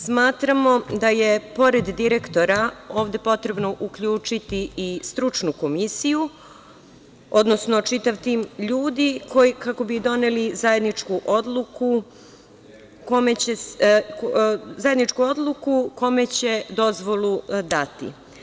Smatramo da je pored direktora ovde potrebno uključiti i stručnu komisiju, odnosno čitav tim ljudi kako bi doneli zajedničku odluku kome će dozvolu dati.